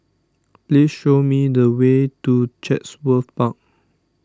please show me the way to Chatsworth Park